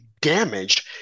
damaged